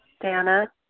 Dana